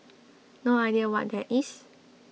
no idea what that is